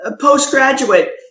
postgraduate